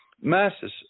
masses